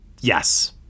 Yes